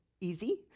easy